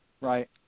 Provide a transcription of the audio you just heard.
Right